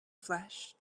flesh